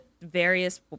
various